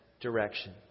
direction